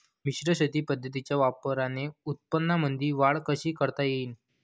मिश्र शेती पद्धतीच्या वापराने उत्पन्नामंदी वाढ कशी करता येईन?